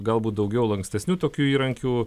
galbūt daugiau lankstesnių tokių įrankių